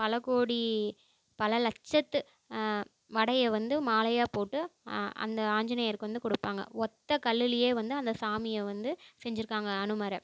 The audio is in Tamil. பலகோடி பல லட்சத்து வடையை வந்து மாலையாக போட்டு அந்த ஆஞ்சநேயருக்கு வந்து கொடுப்பாங்க ஒற்ற கல்லுலேயே வந்து அந்த சாமியை வந்து செஞ்சுருக்காங்க அனுமரை